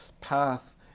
path